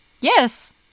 yes